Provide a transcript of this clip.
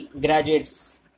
graduates